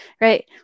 right